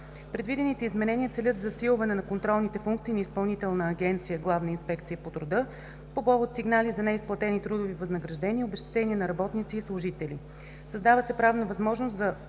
Предвидените изменения целят засилване на контролните функции на Изпълнителна агенция „Главна инспекция по труда“ по повод сигнали за неизплатени трудови възнаграждения и обезщетения на работници и служители. Създава се правна възможност за